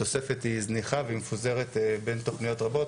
התוספת היא זניחה והיא מפוזרת בין תוכניות רבות,